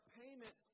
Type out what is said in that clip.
payment